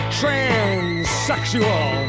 transsexual